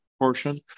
portion